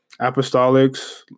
Apostolics